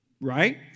Right